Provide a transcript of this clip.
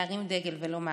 להרים דגל ולומר: